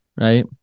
right